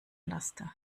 laster